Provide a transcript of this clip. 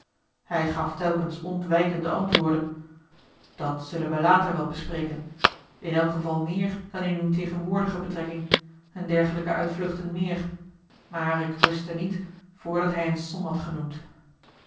hij gaf telkens ontwijkende antwoorden dat zullen we later wel bespreken in elk geval meer dan in uwe tegenwoordige betrekking en dergelijke uitvluchten meer maar ik rustte niet voordat hij eene som had genoemd